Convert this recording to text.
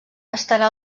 estarà